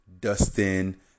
Dustin